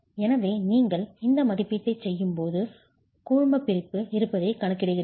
எனவே நீங்கள் இந்த மதிப்பீட்டைச் செய்யும்போது கூழ்மப்பிரிப்பு இருப்பதைக் கணக்கிடுகிறீர்கள்